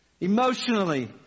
Emotionally